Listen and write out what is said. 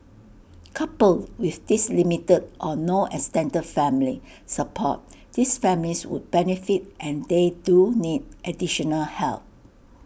coupled with this limited or no extended family support these families would benefit and they do need additional help